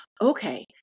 okay